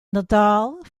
nadal